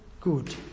good